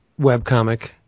webcomic